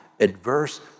adverse